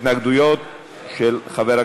התנגדויות של חברת